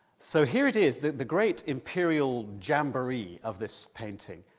so, here it is that the great imperial jamboree of this painting,